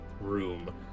room